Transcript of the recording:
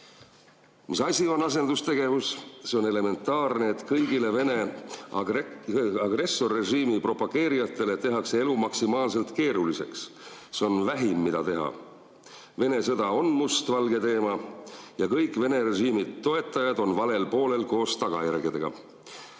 "Mis asi on asendustegevus?! See on elementaarne, et kõigile Vene agressorrežiimi propageerijatele tehakse elu maksimaalselt keeruliseks. See on vähim, mida teha. Vene sõda on must‑valge teema. Ja kõik Vene režiimi toetajad on valel poolel koos tagajärgedega."Esmalt